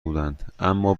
بودند، اما